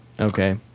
Okay